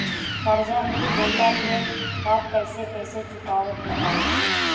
कर्जा मिल गईला के बाद कैसे कैसे चुकावे के पड़ी?